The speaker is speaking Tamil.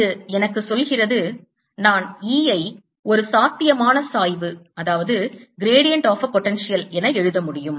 இது எனக்கு சொல்கிறது நான் E ஐ ஒரு சாத்தியமான சாய்வு என எழுத முடியும்